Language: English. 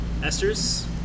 esters